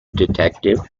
detective